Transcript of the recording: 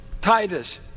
Titus